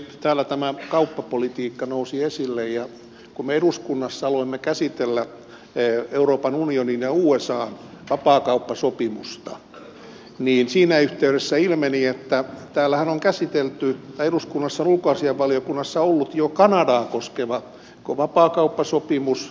täällä tämä kauppapolitiikka nousi esille ja kun me eduskunnassa aloimme käsitellä euroopan unionin ja usan vapaakauppasopimusta niin siinä yhteydessä ilmeni että eduskunnan ulkoasiainvaliokunnassa on ollut jo kanadaa koskeva vapaakauppasopimus